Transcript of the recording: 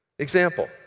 Example